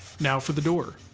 now for the door.